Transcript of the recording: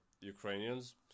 Ukrainians